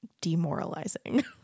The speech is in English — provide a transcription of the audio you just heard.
demoralizing